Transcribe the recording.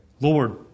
Lord